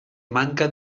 manca